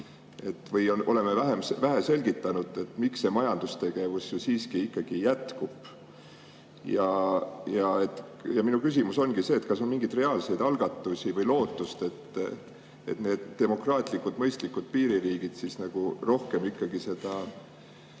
me oleme seda vähe selgitanud –, miks see majandustegevus siiski jätkub. Ja minu küsimus ongi see: kas on mingeid reaalseid algatusi või lootust, et need demokraatlikud, mõistlikud piiririigid rohkem seda